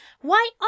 Why